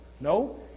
No